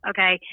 Okay